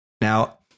now